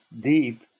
deep